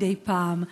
מדי פעם,